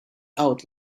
out